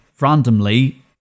randomly